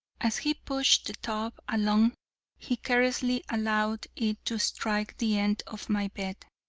as he pushed the tub along he carelessly allowed it to strike the end of my bed,